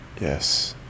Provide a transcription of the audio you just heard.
yes